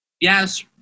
Yes